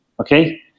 Okay